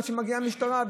עד שמגיעה המשטרה,